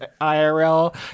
IRL